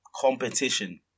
Competition